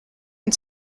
and